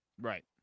Right